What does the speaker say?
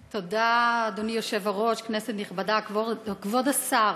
תודה, אדוני היושב-ראש, כנסת נכבדה, כבוד השר,